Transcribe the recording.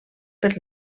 per